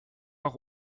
auch